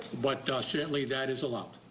but certainly that is allowed.